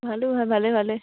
ভালে ভালে